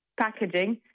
packaging